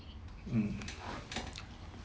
mm